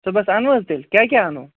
صُبحس انوٕ حظ تیٚلہِ کیٛاہ کیٛاہ اَنو